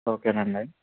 okay అండి